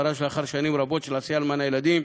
שפרש לאחר שנים רבות של עשייה למען הילדים,